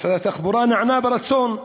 משרד התחבורה נענה ברצון.